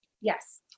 Yes